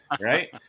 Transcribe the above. right